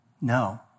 No